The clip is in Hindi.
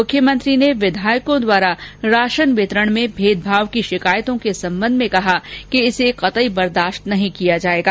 मुख्यमंत्री ने विधायकों द्वारा राशन वितरण में भेदभाव की शिकायतों को संबंध में कहा कि इसे कतई बर्दाश्त नहीं किया जाएगा